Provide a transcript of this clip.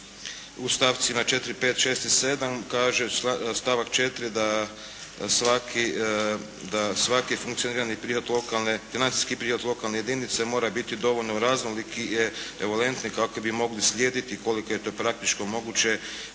u stavcima 4., 5., 6. i 7. kaže stavak 4. da svaki funkcionirani prihod lokalne, financijski prihod lokalne jedinice mora biti dovoljno raznolik i evolentni kako bi mogli slijediti koliko je to praktički moguće